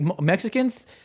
Mexicans